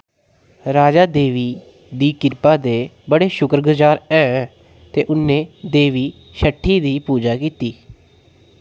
राजा देवी दी किरपा दे बड़े शुकरगजार हे ते उ'नें देवी छठी दी पूजा कीती